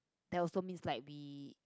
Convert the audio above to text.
that also means like we